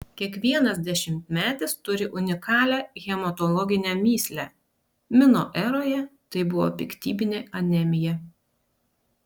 kiekvienas dešimtmetis turi unikalią hematologinę mįslę mino eroje tai buvo piktybinė anemija